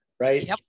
Right